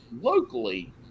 locally